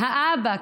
האבא,